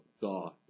God